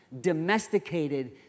domesticated